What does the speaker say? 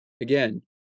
Again